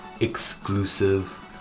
exclusive